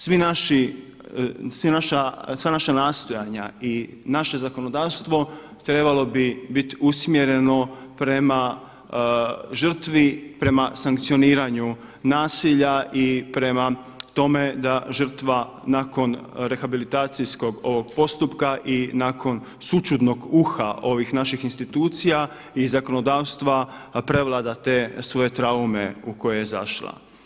Sva naša nastojanja i naše zakonodavstvo trebalo bi biti usmjereno prema žrtvi, prema sankcioniranju nasilja i prema tome da žrtva nakon rehabilitacijskog ovog postupka i nakon sućudnog uha ovih naših institucija i zakonodavstva prevlada te svoje traume u koje je zašla.